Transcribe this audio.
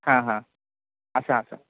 हां हां आसा आसा